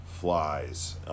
flies